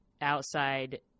outside